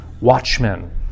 watchmen